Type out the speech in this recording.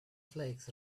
flakes